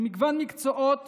במגוון מקצועות